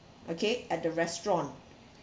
okay at the restaurant